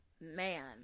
man